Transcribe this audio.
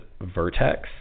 vertex